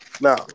Now